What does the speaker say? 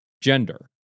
Gender